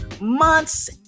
months